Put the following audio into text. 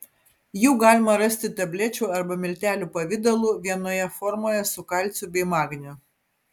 jų galima rasti tablečių arba miltelių pavidalu vienoje formoje su kalciu bei magniu